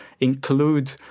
include